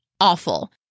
awful